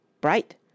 Bright